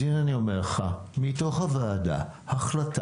אז הינה אני אומר לך, מתוך הוועדה החלטה